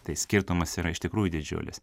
tai skirtumas yra iš tikrųjų didžiulis